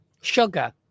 sugar